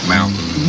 Mountain